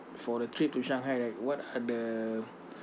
for the trip to shanghai right what are the